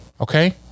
okay